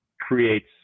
creates